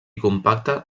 compacte